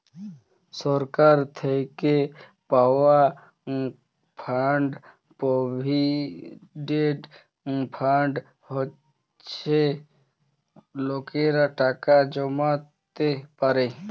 সরকার থ্যাইকে পাউয়া fund provident fund হছে লকেরা টাকা জ্যমাইতে পারে